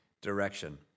direction